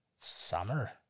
Summer